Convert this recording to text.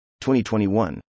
2021